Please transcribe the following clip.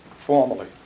formally